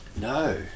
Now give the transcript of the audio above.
No